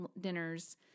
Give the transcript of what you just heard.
dinners